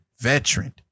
veteran